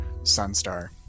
Sunstar